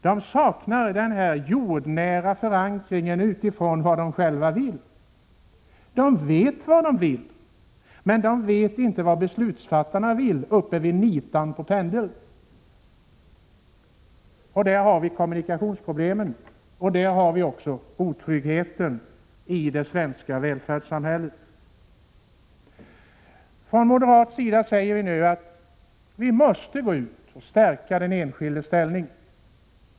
De saknar en jordnära förankring utifrån vad de själva vill. De vet vad de vill, men de vet inte vad beslutsfattarna uppe vid ”nitan” på pendeln vill. Där har vi kommunikationsproblemen och otryggheten i det svenska välfärdssamhället. Från moderat sida säger vi nu att vi måste stärka den enskildes ställning.